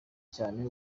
cyane